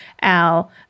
al